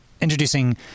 introducing